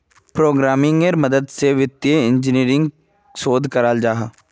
प्रोग्रम्मिन्गेर मदद से वित्तिय इंजीनियरिंग शोध कराल जाहा